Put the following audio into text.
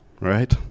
right